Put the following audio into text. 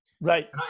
Right